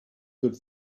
good